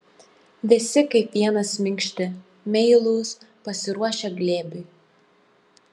visi kaip vienas minkšti meilūs pasiruošę glėbiui